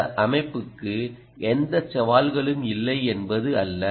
இந்த அமைப்புக்கு எந்த சவால்களும் இல்லை என்பது அல்ல